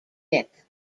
vic